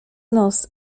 nos